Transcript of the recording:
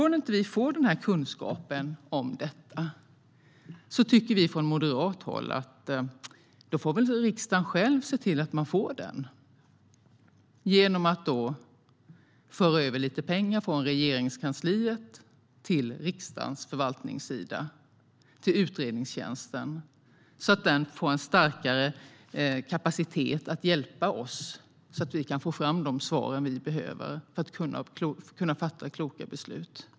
När vi inte får kunskapen om detta tycker vi från moderat håll att då får väl riksdagen själv se till att få den genom att föra över lite pengar från Regeringskansliet till riksdagens förvaltningssida, till utredningstjänsten, så att den får starkare kapacitet att hjälpa oss att få fram de svar vi behöver för att kunna fatta kloka beslut.